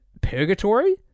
purgatory